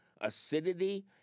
acidity